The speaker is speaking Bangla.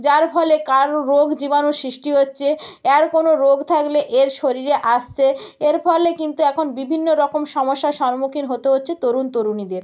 যার ফলে কারো রোগ জীবাণু সৃষ্টি হচ্ছে এর কোনো রোগ থাকলে এর শরীরে আসছে এর ফলে কিন্তু এখন বিভিন্ন রকম সমস্যার সন্মুখীন হতে হচ্ছে তরুণ তরুণীদের